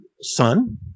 son